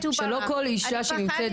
שלא כל אישה שנמצאת